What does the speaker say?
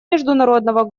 международного